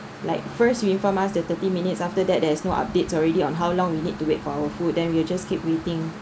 like first you inform us the thirty minutes after that there is no updates already on how long we need to wait for our food then we'll just keep waiting